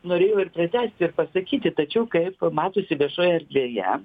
norėjau ir pratęsti ir pasakyti tačiau kai pamačiusi viešoje erdvėje